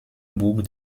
burg